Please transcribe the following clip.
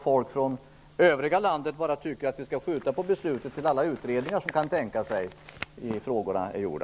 Folk från övriga landet tycker ju att vi skall skjuta på beslutet tills alla utredningar som man kan tänka sig är klara.